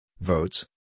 votes